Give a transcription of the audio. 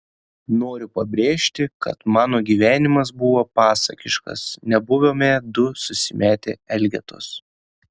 noriu pabrėžti kad mano gyvenimas buvo pasakiškas nebuvome du susimetę elgetos